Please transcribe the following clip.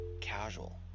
casual